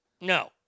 No